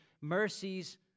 mercies